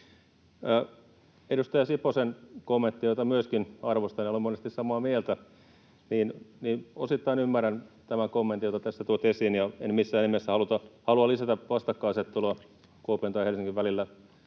Edustaja Siposen kommentista, jota myöskin arvostan, ja olen monesti samaa mieltä. Osittain ymmärrän tämän kommentin, minkä tässä totesin, ja en missään nimessä halua lisätä vastakkainasettelua Kuopion ja Helsingin välillä.